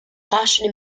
caution